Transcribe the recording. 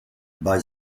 bei